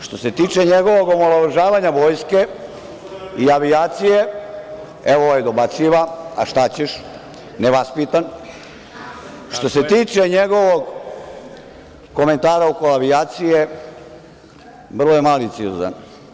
Što se tiče njegovog omalovažavanja Vojske i avijacije, evo, ovaj dobacuje, a šta ćeš, nevaspitan, što se tiče njegovog komentara oko avijacije, vrlo je maliciozan.